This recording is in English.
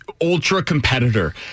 ultra-competitor